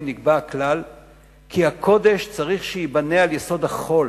נקבע הכלל "כי הקודש צריך שייבנה על יסוד החול".